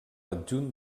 adjunt